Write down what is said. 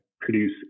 produce